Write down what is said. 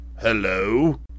Hello